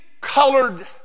Colored